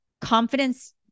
confidence